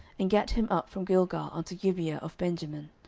and gat him up from gilgal unto gibeah of benjamin.